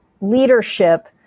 leadership